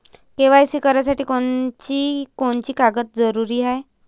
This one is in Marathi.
के.वाय.सी करासाठी कोनची कोनची कागद जरुरी हाय?